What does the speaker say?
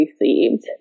received